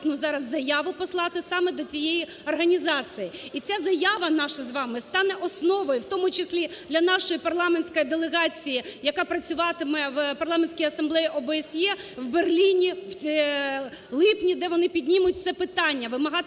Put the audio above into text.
зараз заяву послати саме до цієї організації. І ця заява наша з вами стане основою, у тому числі для нашої парламентської делегації, яка працюватиме в Парламентській асамблеї ОБСЄ в Берліні в липні, де вони піднімуть це питання, вимагатимуть